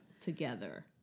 Together